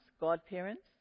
godparents